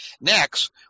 Next